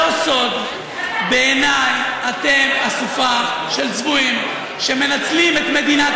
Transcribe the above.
בעיני אתם אסופה של צבועים שמנצלים את מדינת